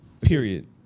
Period